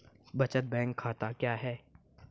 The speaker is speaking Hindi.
बचत बैंक खाता क्या है?